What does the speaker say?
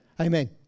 Amen